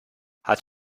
hat